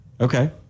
Okay